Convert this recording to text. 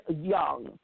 young